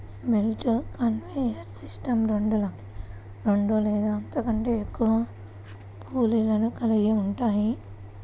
belt conveyor system రెండు లేదా అంతకంటే ఎక్కువ పుల్లీలను కలిగి ఉంటుంది